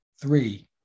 Three